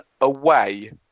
away